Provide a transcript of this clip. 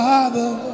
Father